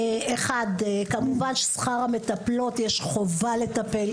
כמובן ששכר המטפלות יש חובה לטפל,